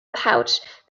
pouch